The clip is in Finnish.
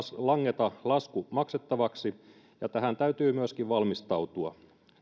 langeta lasku maksettavaksi ja tähän täytyy myöskin valmistautua